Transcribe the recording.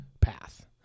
path